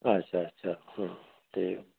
ਅੱਛਾ ਅੱਛਾ ਅਤੇ